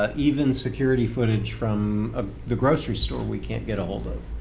ah even security footage from ah the grocery store we can't get ahold of.